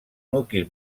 nucli